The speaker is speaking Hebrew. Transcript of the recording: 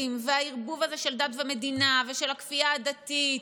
והערבוב הזה של דת ומדינה ושל הכפייה הדתית.